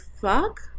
fuck